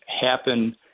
happen